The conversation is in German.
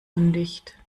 undicht